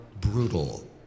brutal